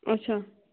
اچھا